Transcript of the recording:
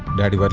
daddy but